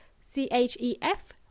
C-H-E-F